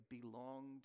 belonged